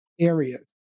areas